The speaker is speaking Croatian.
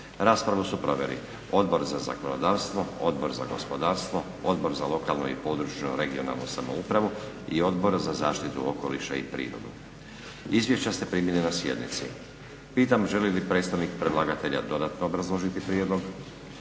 Raspravu su proveli Odbor za zakonodavstvo, Odbor za gospodarstvo, Odbor za lokalnu i područnu (regionalnu) samoupravu i Odbor za zaštitu okoliša i prirodu. Izvješća ste primili na sjednici. Pitam, želi li predstavnika predlagatelja dodatno obrazložiti prijedlog?